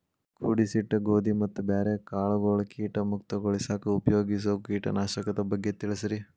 ಕೂಡಿಸಿಟ್ಟ ಗೋಧಿ ಮತ್ತ ಬ್ಯಾರೆ ಕಾಳಗೊಳ್ ಕೇಟ ಮುಕ್ತಗೋಳಿಸಾಕ್ ಉಪಯೋಗಿಸೋ ಕೇಟನಾಶಕದ ಬಗ್ಗೆ ತಿಳಸ್ರಿ